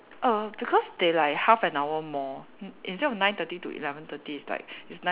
oh because they like half an hour more instead of nine thirty to eleven thirty it